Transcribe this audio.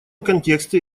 контексте